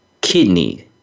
kidney